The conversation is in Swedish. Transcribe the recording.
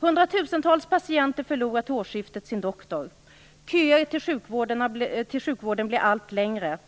Hundratusentals patienter förlorar till årsskiftet sin doktor. Köerna till sjukvården blir allt längre.